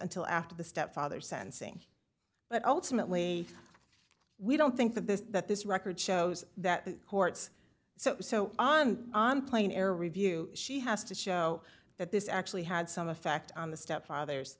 until after the stepfather sensing but ultimately we don't think that this that this record shows that the courts so so on on plane air review she has to show that this actually had some effect on the stepfather